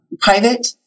private